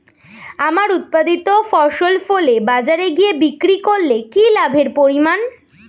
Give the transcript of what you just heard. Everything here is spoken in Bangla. আমার উৎপাদিত ফসল ফলে বাজারে গিয়ে বিক্রি করলে কি লাভের পরিমাণ?